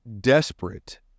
desperate